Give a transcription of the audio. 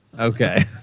Okay